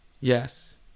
Yes